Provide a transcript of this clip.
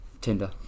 Tinder